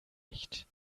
leicht